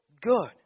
good